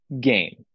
game